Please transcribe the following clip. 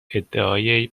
ادعای